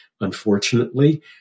Unfortunately